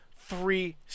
three